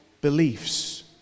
beliefs